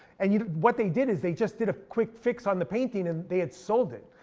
and you know what they did, is they just did a quick fix on the painting, and they had sold it.